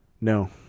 No